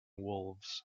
wolves